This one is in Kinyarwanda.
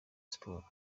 sports